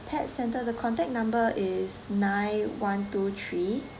pet centre the contact number is nine one two three